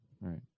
right